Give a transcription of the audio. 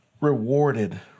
rewarded